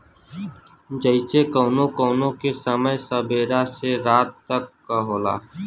जइसे कउनो कउनो के समय सबेरा से रात तक क होला